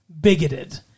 bigoted